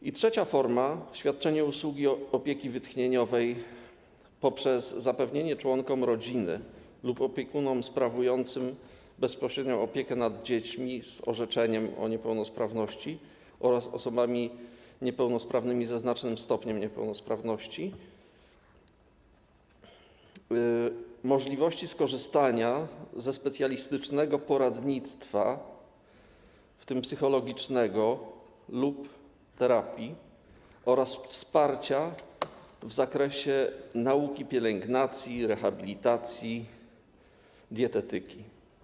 I trzecia forma: świadczenie usługi opieki wytchnieniowej poprzez zapewnienie członkom rodziny lub opiekunom sprawującym bezpośrednią opiekę nad dziećmi z orzeczeniem o niepełnosprawności oraz osobami niepełnosprawnymi ze znacznym stopniem niepełnosprawności możliwości skorzystania ze specjalistycznego poradnictwa, w tym psychologicznego, lub terapii oraz wsparcia w zakresie nauki pielęgnacji, rehabilitacji i dietetyki.